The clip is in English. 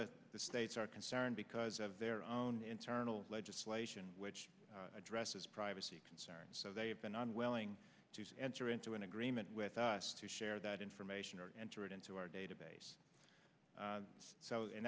the states are concerned because of their own internal legislation which addresses privacy concerns so they have been unwilling to say enter into an agreement with us to share that information or enter it into our database so i